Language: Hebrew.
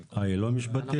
אה, היא לא משפטית?